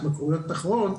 או התמכרויות אחרות,